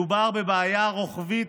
מדובר בבעיה רוחבית,